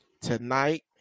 tonight